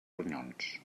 ronyons